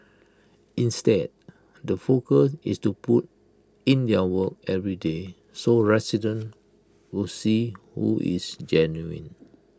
instead the focus is to put in their work every day so residents will see who is genuine